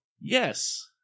Yes